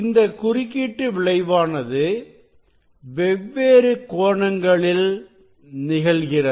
இந்த குறுக்கீடு விளைவானது வெவ்வேறு கோணங்களில் நிகழ்கிறது